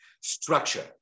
structure